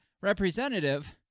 Representative